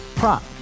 Prop